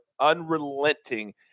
unrelenting